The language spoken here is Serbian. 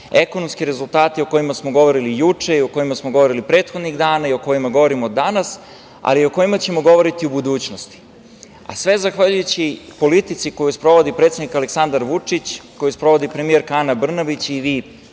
ekonomski rezultati o kojima smo govorili juče i o kojima smo govorili prethodnih dana i o kojima govorimo danas, ali i o kojima ćemo govoriti u budućnosti, a sve zahvaljujući politici koju sprovodi predsednik Aleksandar Vučić, koju sprovodi premijerka Ana Brnabić i vi